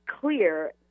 clear